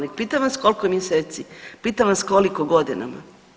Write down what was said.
Ne pitam vas koliko mjeseci, pitam vas koliko godina?